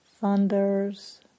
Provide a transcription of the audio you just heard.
thunders